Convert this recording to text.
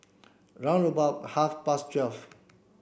round about half past twelve